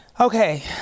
Okay